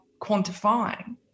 quantifying